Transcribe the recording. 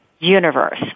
Universe